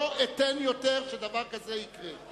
לא אתן יותר שדבר כזה יקרה.